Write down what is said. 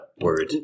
word